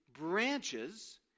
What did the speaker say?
branches